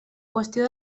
qüestió